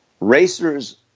Racers